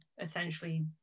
essentially